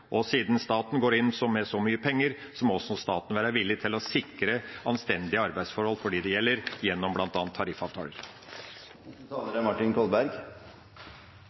og siden staten går inn med så mye penger, må også staten være villig til å sikre anstendige arbeidsforhold for dem det gjelder, gjennom bl.a. tariffavtaler. Det er